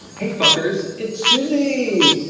hey fuckers! it's suuuuuzie.